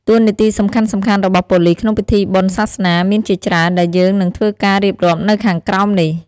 តួនាទីសំខាន់ៗរបស់ប៉ូលិសក្នុងពិធីបុណ្យសាសនាមានជាច្រើនដែលយើងនិងធ្វើការៀបរាប់នៅខាងក្រោមនេះ។